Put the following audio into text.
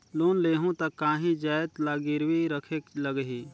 Loan लेहूं ता काहीं जाएत ला गिरवी रखेक लगही?